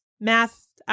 math